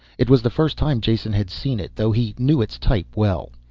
it was the first time jason had seen it, though he knew its type well.